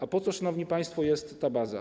A po co, szanowni państwo, jest ta baza?